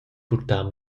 purtar